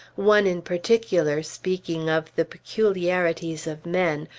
one in particular, speaking of the peculiarities of men,